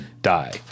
die